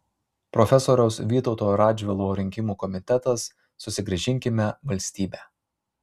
profesoriaus vytauto radžvilo rinkimų komitetas susigrąžinkime valstybę